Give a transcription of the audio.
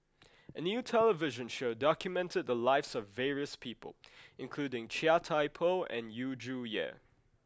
a new television show documented the lives of various people including Chia Thye Poh and Yu Zhuye